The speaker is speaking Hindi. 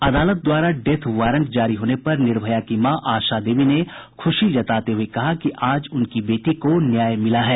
अदालत द्वारा डेथ वारंट जारी होने पर निर्भया की मां आशा देवी ने खुशी जताते हुए कहा कि आज उनकी बेटी को न्याय मिला है